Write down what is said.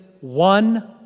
one